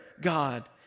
God